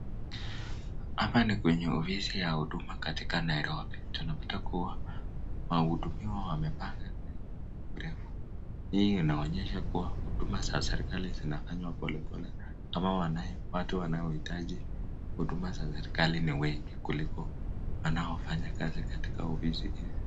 Hapa nikwenye ofisi ya hudumu katika Nairobi. Tunapata kua wahudumiwa wamepanga laini mrefu. Hii inaonesha kua huduma za serikali zinafanywa polepole ama watu wanaohitaji huduma za serikali ni wengi kuliko wanaofanya kazi katika ofisi hizi.